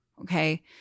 Okay